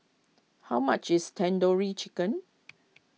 how much is Tandoori Chicken